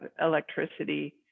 electricity